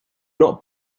not